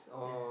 yes